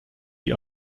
die